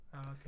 okay